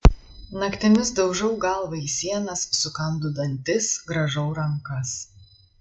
naktimis daužau galvą į sienas sukandu dantis grąžau rankas